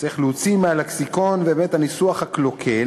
צריך להוציא מהלקסיקון גם את הניסוח הקלוקל